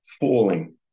falling